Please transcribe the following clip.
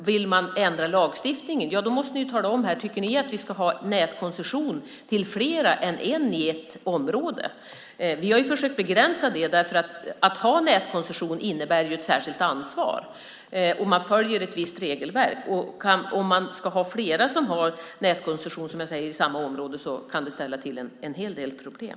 Vill man ändra lagstiftningen, ja, då måste ni tala om ifall ni tycker att vi ska ha nätkoncession till fler än ett företag i ett område. Vi har försökt begränsa detta, eftersom det innebär ett särskilt ansvar och att man följer ett visst regelverk att ha nätkoncession. Om flera företag ska ha nätkoncession i samma område kan det ställa till en hel del problem.